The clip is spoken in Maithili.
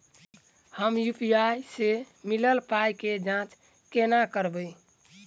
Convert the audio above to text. हम यु.पी.आई सअ मिलल पाई केँ जाँच केना करबै?